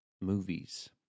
movies